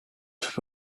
but